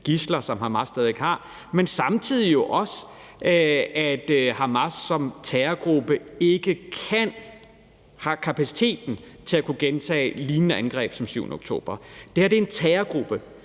gidsler, som Hamas stadig har, men samtidig jo også, at Hamas som terrorgruppe ikke skal have kapaciteten til at kunne gentage angreb som det, de foretog den 7. oktober. Det her er en terrorgruppe.